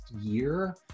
year